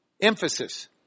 Emphasis